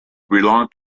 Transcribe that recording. belonged